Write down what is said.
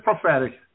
prophetic